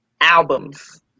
albums